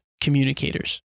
communicators